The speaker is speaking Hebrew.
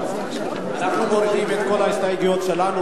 אנחנו מורידים את כל ההסתייגויות שלנו,